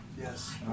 Yes